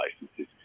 licenses